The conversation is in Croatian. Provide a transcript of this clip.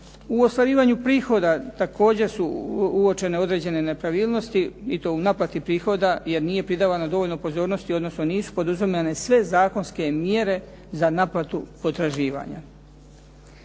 U ostvarivanju prihoda također su uočene određene nepravilnosti i to u naplati prihoda, jer nije pridavano dovoljno pozornosti, odnosno nisu poduzimane sve zakonske mjere za naplatu potraživanja.